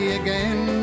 again